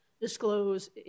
disclose